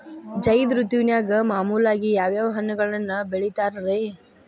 ಝೈದ್ ಋತುವಿನಾಗ ಮಾಮೂಲಾಗಿ ಯಾವ್ಯಾವ ಹಣ್ಣುಗಳನ್ನ ಬೆಳಿತಾರ ರೇ?